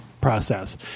process